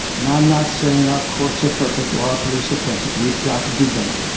and i'm not saying our courts are perfect or our police are perfect. we've got to do better.